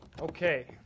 okay